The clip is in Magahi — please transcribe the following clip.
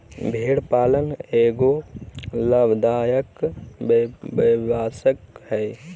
भेड़ पालन एगो लाभदायक व्यवसाय हइ